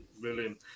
Brilliant